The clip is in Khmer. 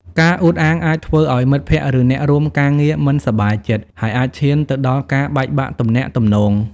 ការអួតអាងអាចធ្វើឱ្យមិត្តភក្តិ ឬអ្នករួមការងារមិនសប្បាយចិត្ត ហើយអាចឈានទៅដល់ការបែកបាក់ទំនាក់ទំនង។